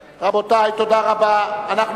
52 בעד, אין מתנגדים, אחד נמנע.